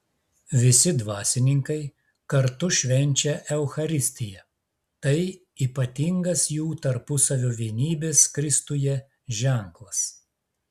visi dvasininkai kartu švenčia eucharistiją tai ypatingas jų tarpusavio vienybės kristuje ženklas